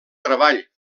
treball